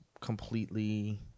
completely